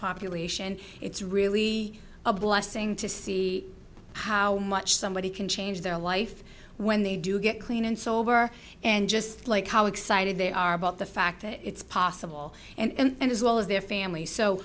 population it's really a blessing to see how much somebody can change their life when they do get clean and sober and just like how excited they are about the fact that it's possible and as well as their famil